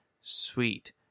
Sweet